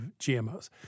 GMOs